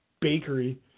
bakery